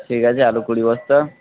ঠিক আছে আলু কুড়ি বস্তা